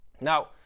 Now